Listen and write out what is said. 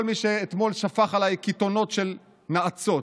כל מי שאתמול שפך עליי קיתונות של נאצות?